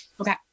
Okay